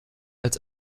als